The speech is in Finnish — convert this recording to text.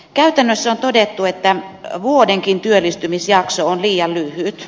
käytännössä on todettu että vuodenkin työllistymisjakso on liian lyhyt